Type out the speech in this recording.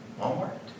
Walmart